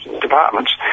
departments